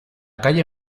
calle